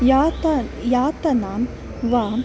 यात यातनां वा